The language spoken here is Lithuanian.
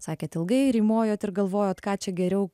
sakėt ilgai rymojot ir galvojote ką čia geriau